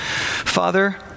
Father—